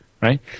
right